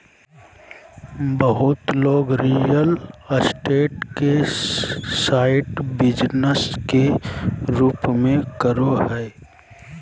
बहुत लोग real estate के साइड बिजनेस के रूप में करो हइ